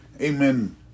amen